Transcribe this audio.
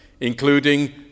including